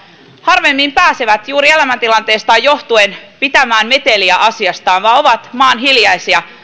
harvemmin pääsevät juuri elämäntilanteestaan johtuen pitämään meteliä asiastaan vaan ovat maan hiljaisia